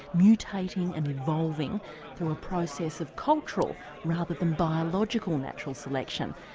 mutating and evolving through a process of cultural rather than biological natural selection?